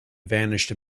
vanished